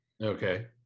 Okay